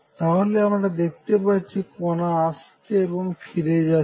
তাহলে আমরা দেখতে পাচ্ছি কণা আসছে এবং ফিরে যাচ্ছে